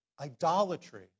Idolatry